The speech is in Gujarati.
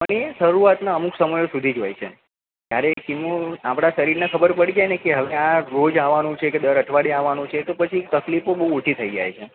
પણ એ શરૂઆતના અમુક સમય સુધી જ હોય છે જ્યારે કીમો આપણાં શરીરને ખબર પડી જાય ને કે હવે આ રોજ આવવાનું છે કે દર અઠવાડિયે આવવાનું છે તો પછી તકલીફો બહુ ઓછી થઇ જાય છે